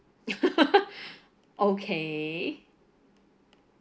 okay